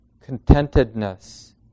contentedness